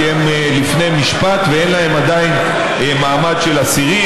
כי הם לפני משפט ואין להם עדיין מעמד של אסירים,